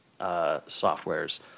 softwares